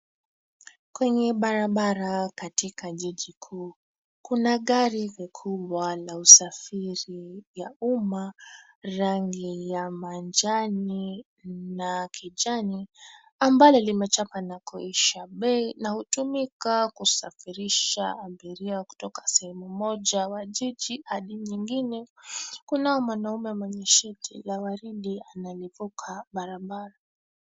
Kwenye barabara katika jiji kuu. Kuna gari kubwa la usafiri ya umma, rangi ya manjano na kijani ambalo limechapa na kuisha bei na hutumika kusafirisha abiria kutoka sehemu moja wa jiji hadi nyingine. Kunao mwanaume mwenye shati la waridi analivuka barabara.